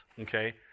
okay